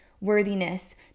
worthiness